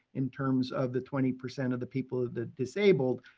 in terms of the twenty percent of the people, of the disabled,